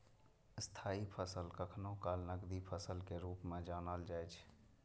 स्थायी फसल कखनो काल नकदी फसल के रूप मे जानल जाइ छै